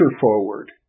forward